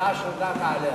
ההצעה שהודעת עליה,